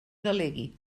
delegui